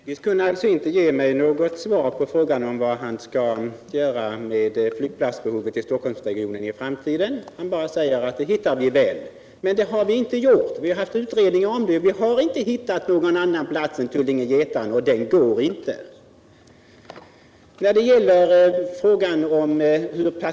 Nr 52 Herr talman! Herr Mellqvist kunde alltså inte ge mig något svar på Torsdagen den frågan, var man i framtiden skall lägga en flygplats till i Stockholms 15 december 1977 regionen. Han sade bara: Någon plats hittar vi väl. Vi har haft utredningar om det, och vi har inte hittat någon annan plats än Tullinge/Getaren, = Flygplatsfrågan i och den går inte att använda.